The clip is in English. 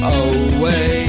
away